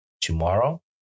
tomorrow